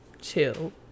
chill